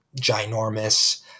ginormous